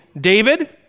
David